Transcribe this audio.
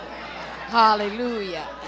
Hallelujah